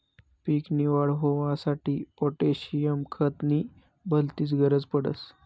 पीक नी वाढ होवांसाठी पोटॅशियम खत नी भलतीच गरज पडस